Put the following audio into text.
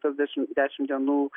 dešim dešimt dienų